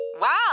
Wow